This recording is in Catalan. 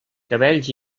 cabells